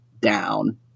down